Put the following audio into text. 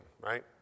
right